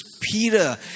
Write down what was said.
Peter